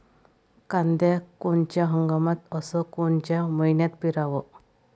कांद्या कोनच्या हंगामात अस कोनच्या मईन्यात पेरावं?